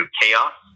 chaos